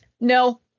No